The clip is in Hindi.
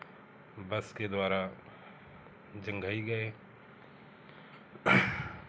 बस के द्वारा जंघई गए